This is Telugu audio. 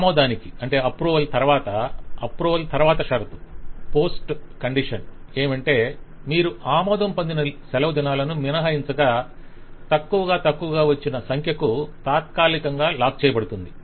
ఆమోదానికి తరవాత షరతు ఏమిటంటే మీరు ఆమోదం పొందిన సెలవు దినాలను మినహాయించచగా తక్కువ తక్కువగా వచ్చిన సంఖ్యకు తాత్కాలికంగా లాక్ చేయబడుతుంది